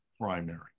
primary